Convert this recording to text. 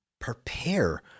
prepare